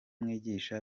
mwigisha